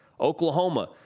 Oklahoma